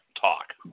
talk